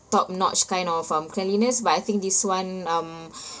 top notch kind of um cleanliness but I think this [one] um